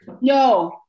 No